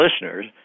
listeners